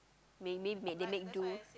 may~ maybe they make do